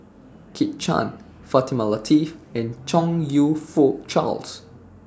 Kit Chan Fatimah Lateef and Chong YOU Fook Charles